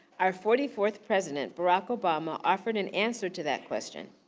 our forty fourth president barack obama offered an answer to that question.